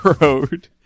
road